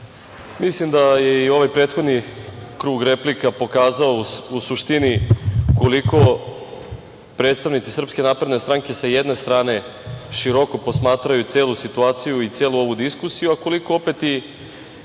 mislim da je i ovaj prethodni krug replika pokazao, u suštini, koliko predstavnici SNS sa jedne strane široko posmatraju celu situaciju i celu diskusiju, a koliko opet i